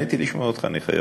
נהניתי לשמוע אותך, אני חייב